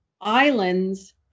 islands